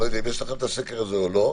אני לא יודע אם יש לכם את הסקר הזה או לא,